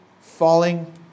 falling